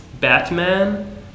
Batman